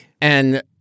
And-